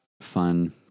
fun